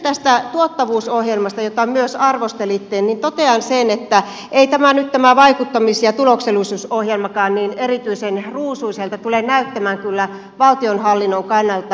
tästä tuottavuusohjelmasta jota myös arvostelitte totean sen että ei tämä vaikuttamis ja tuloksellisuusohjelmakaan nyt kyllä niin erityisen ruusuiselta tule näyttämään valtionhallinnon kannalta